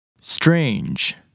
strange